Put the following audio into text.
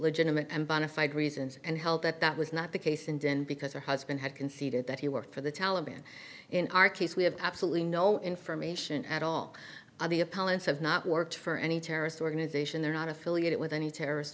legitimate and bonafide reasons and held that that was not the case and then because her husband had conceded that he worked for the taliban in our case we have absolutely no information at all on the appellants have not worked for any terrorist organization they're not affiliated with any terrorist